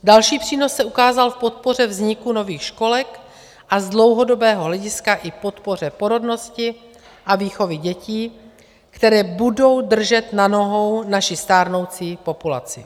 Další přínos se ukázal v podpoře vzniku nových školek a z dlouhodobého hlediska i podpoře porodnosti a výchovy dětí, které budou držet na nohou naši stárnoucí populaci.